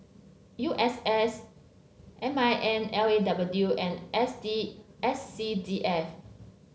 U S S M I N L A W and S D S C D F